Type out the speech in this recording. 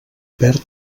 perd